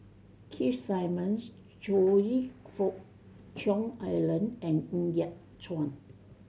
Keith Simmons Choe Fook Cheong Alan and Ng Yat Chuan